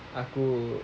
aku